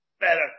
better